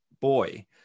boy